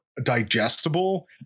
digestible